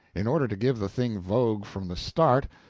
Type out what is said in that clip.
in order to give the thing vogue from the start,